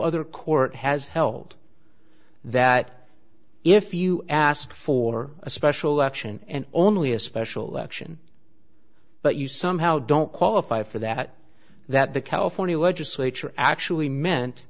other court has held that if you ask for a special election and only a special election but you somehow don't qualify for that that the california legislature actually meant